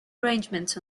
arrangements